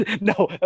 no